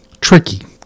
tricky